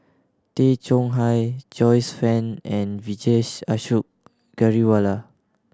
Tay Chong Hai Joyce Fan and Vijesh Ashok Ghariwala